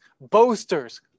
boasters